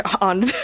on